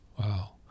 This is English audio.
Wow